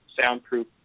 soundproof